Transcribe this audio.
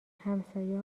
همسایه